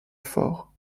fort